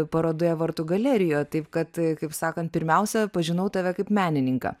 parodoje vartų galerijoj taip kad kaip sakant pirmiausia pažinau tave kaip menininką